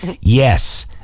Yes